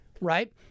right